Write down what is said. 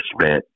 spent